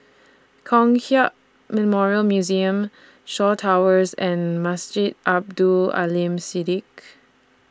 Kong Hiap Memorial Museum Shaw Towers and Masjid Abdul Aleem Siddique